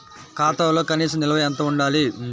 ఖాతాలో కనీస నిల్వ ఎంత ఉండాలి?